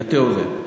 יטה אוזן,